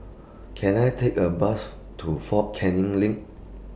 Can I Take A Bus to Fort Canning LINK